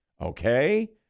Okay